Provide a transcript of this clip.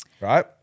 right